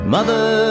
Mother